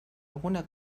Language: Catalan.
alguna